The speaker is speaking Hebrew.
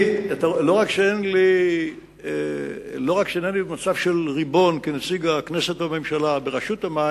לא רק שאינני במצב של ריבון כנציג הכנסת בממשלה ברשות המים,